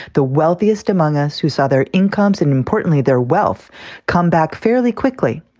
the wealthiest among us, who saw their incomes and importantly their wealth come back fairly quickly.